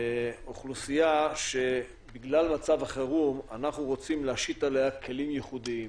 אוכלוסייה שבגלל מצב החירום אנחנו רוצים להשית עליה כלים ייחודיים.